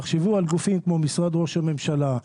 תחשבו על גופים כמו משרד ראש הממשלה,